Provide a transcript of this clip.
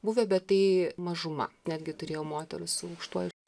buvę bet tai mažuma netgi turėjom moterų su aukštuoju